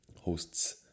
hosts